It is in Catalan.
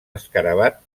escarabat